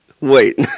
Wait